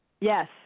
Yes